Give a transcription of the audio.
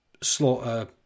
slaughter